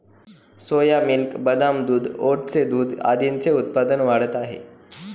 सोया milk, बदाम दूध, ओटचे दूध आदींचे उत्पादन वाढत आहे